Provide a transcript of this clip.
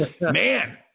Man